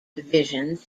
divisions